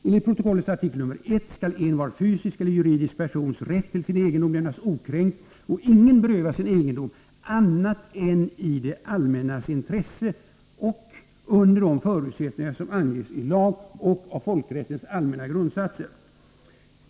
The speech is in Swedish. Enligt protokollets artikel 1 skall envar fysisk eller juridisk persons rätt till sin egendom lämnas okränkt och ingen berövas sin egendom annat än i det allmännas intresse och under de förutsättningar som anges i lag och av folkrättens allmänna grundsatser.